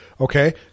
okay